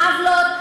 העוולות,